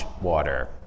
water